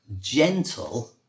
Gentle